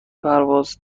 پرواز